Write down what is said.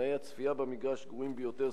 תנאי הצפייה במגרש גרועים ביותר,